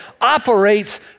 operates